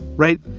right.